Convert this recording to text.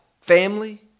family